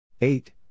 Eight